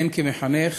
הן כמחנך